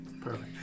Perfect